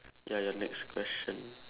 ya ya next question